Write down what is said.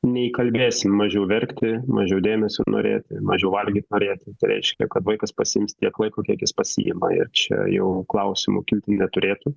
neįkalbėsim mažiau verkti mažiau dėmesio norėti mažiau valgyt norėti tai reiškia kad vaikas pasiims tiek laiko kiek jis pasiima ir čia jau klausimų kilti neturėtų